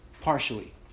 partially